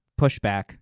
pushback